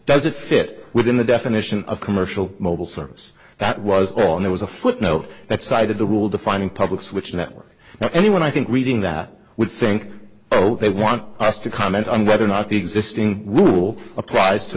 doesn't fit within the definition of commercial mobile service that was all there was a footnote that cited the rule defining public switch network now anyone i think reading that would think oh they want us to comment on whether or not the existing rule applies to